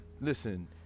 listen